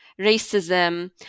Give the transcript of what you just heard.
racism